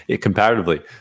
comparatively